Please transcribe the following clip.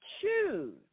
choose